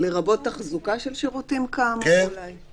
"לרבות תחזוקה של שירותים כאמור" אולי?